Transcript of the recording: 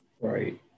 Right